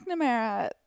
McNamara